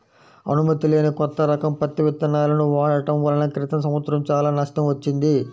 అనుమతి లేని కొత్త రకం పత్తి విత్తనాలను వాడటం వలన క్రితం సంవత్సరం చాలా నష్టం వచ్చింది